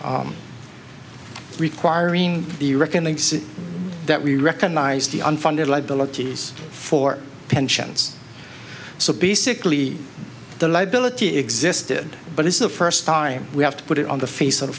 reckoning says that we recognize the unfunded liabilities for pensions so basically the liability existed but it's the first time we have to put it on the face of